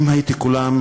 אם הייתי קולם